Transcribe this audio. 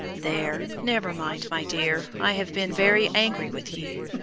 there! never mind, my dear. i have been very angry with you,